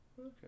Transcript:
Okay